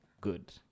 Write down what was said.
good